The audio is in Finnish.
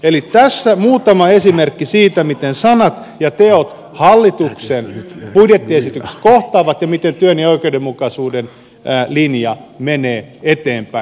eli tässä muutama esimerkki siitä miten sanat ja teot hallituksen budjettiesityksessä kohtaavat ja miten työn ja oikeudenmukaisuuden linja menee eteenpäin